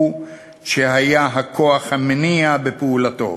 הוא שהיה הכוח המניע בפעולתו".